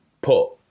put